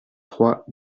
trois